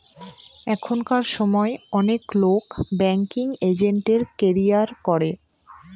এখনকার সময় অনেক লোক ব্যাঙ্কিং এজেন্টের ক্যারিয়ার করে